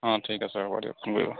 ঠিক আছে হ'ব দিয়ক ফোন কৰিব